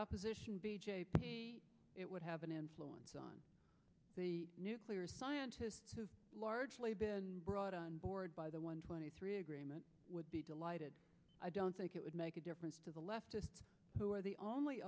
opposition it would have an influence on the nuclear scientist has largely been brought on board by the one twenty three agreement would be delighted i don't think it would make a difference to the leftists who are the only